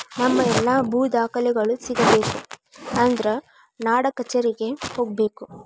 ನಮ್ಮ ಎಲ್ಲಾ ಭೂ ದಾಖಲೆಗಳು ಸಿಗಬೇಕು ಅಂದ್ರ ನಾಡಕಛೇರಿಗೆ ಹೋಗಬೇಕು